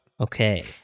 okay